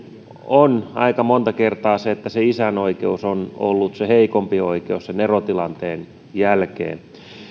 on aika monta kertaa se että se isän oikeus on ollut se heikompi oikeus sen erotilanteen jälkeen